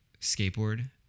skateboard